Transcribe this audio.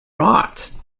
rot